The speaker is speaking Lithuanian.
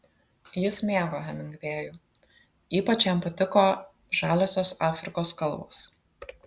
jis mėgo hemingvėjų ypač jam patiko žaliosios afrikos kalvos